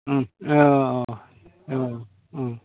औ औ